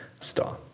star